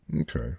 Okay